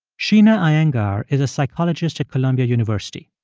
sheena iyengar is a psychologist at columbia university.